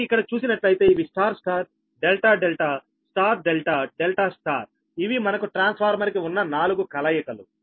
కానీ ఇక్కడ చూసినట్లయితే ఇవి star star delta delta star delta delta star ఇవి మనకు ట్రాన్స్ఫార్మర్ కి ఉన్న నాలుగు కలయికలు